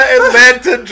Atlanta